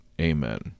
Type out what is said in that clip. Amen